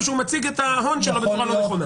שהוא מציג את ההון שלו בצורה לא נכונה.